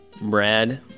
Brad